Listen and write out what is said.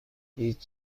هیچ